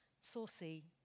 saucy